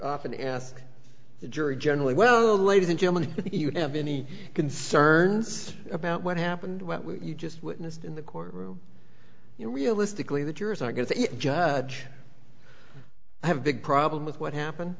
often ask the jury generally well ladies in germany you have any concerns about what happened what we just witnessed in the courtroom you know realistically the jurors are going to judge i have big problem with what happened